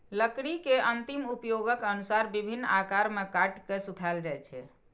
लकड़ी के अंतिम उपयोगक अनुसार विभिन्न आकार मे काटि के सुखाएल जाइ छै